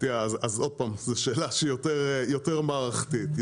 זאת שאלה יותר מערכתית.